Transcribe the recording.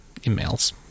emails